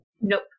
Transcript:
Nope